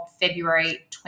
February